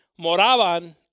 moraban